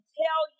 tell